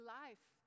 life